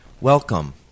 Welcome